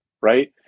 Right